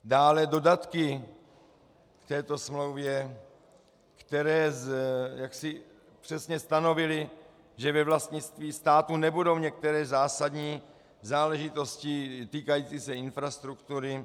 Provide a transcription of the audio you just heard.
Dále dodatky k této smlouvě, které přesně stanovily, že ve vlastnictví státu nebudou některé zásadní záležitosti týkající se infrastruktury.